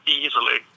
easily